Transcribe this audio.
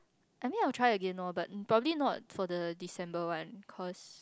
I mean I will try again lor but probably not for the December one cause